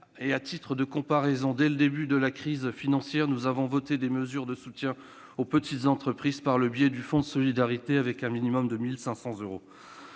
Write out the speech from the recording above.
et à titre de comparaison, dès le début de la crise financière, nous avons voté des mesures de soutien aux petites entreprises par le biais du fonds de solidarité, avec un minimum de 1 500 euros.